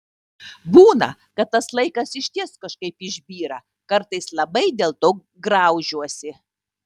būna kad tas laikas išties kažkaip išbyra kartais labai dėlto graužiuosi